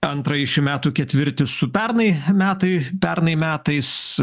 antrąjį šių metų ketvirtį su pernai metai pernai metais